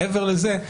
מעבר לזה,